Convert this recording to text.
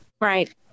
right